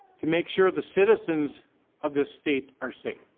to make sure the citizens of the state are safe.